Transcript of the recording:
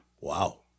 Wow